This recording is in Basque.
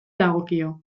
dagokio